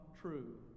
true